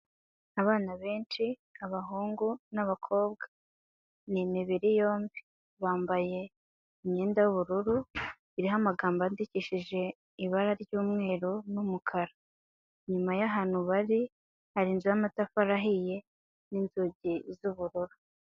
Abana benshi abahungu n'abakobwa, ni imibiri yombi, bambaye imyenda y'ubururu iriho amagambo yandikishije ibara ry'umweru n'umukara, inyuma y'ahantu bari hari inzu y'amatafari ahiye n'inzugi z'ubururu.